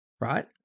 right